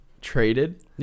traded